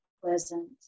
pleasant